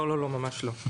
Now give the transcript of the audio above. לא, לא, ממש לא.